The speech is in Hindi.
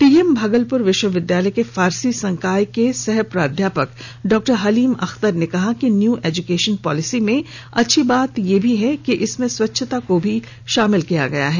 टीएम भागलपुर विश्वविद्यालय के फारसी संकाय के सह प्राध्यापक डा हलीम अख्तर ने कहा कि न्यू एजुकेशन पॉलिर्सी में एक अच्छी बात यह भी है कि इसमें स्वच्छता को भी शामिल किया गया है